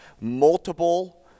multiple